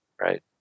right